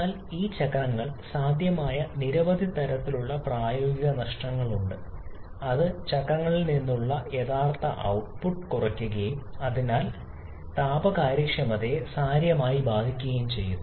എന്നാൽ ആ ചക്രങ്ങളിൽ സാധ്യമായ നിരവധി തരത്തിലുള്ള പ്രായോഗിക നഷ്ടങ്ങൾ ഉണ്ട് അത് ചക്രങ്ങളിൽ നിന്നുള്ള യഥാർത്ഥ output ട്ട്പുട്ട് കുറയ്ക്കുകയും അതിനാൽ താപ കാര്യക്ഷമതയെ സാരമായി ബാധിക്കുകയും ചെയ്യും